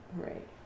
right